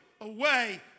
away